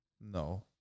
No